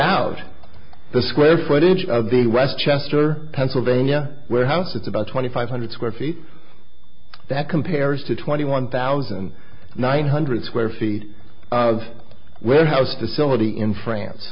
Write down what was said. out the square footage of the westchester pennsylvania warehouse with about twenty five hundred square feet that compares to twenty one thousand nine hundred square feet of warehouse the silver tea in france